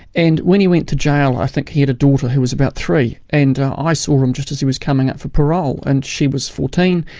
and when he went to jail, i think he had a daughter who was about three. and i saw him just as he was coming up for parole, and she was fourteen.